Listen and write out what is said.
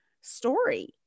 story